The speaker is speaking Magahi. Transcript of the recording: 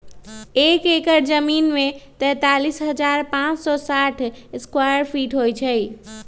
एक एकड़ जमीन में तैंतालीस हजार पांच सौ साठ स्क्वायर फीट होई छई